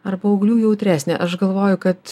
ar paauglių jautresnė aš galvoju kad